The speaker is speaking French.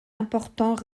important